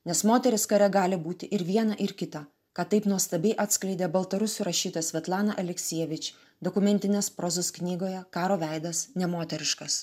nes moterys kare gali būti ir viena ir kita ką taip nuostabiai atskleidė baltarusių rašytoja svetlana aliksijevič dokumentinės prozos knygoje karo veidas nemoteriškas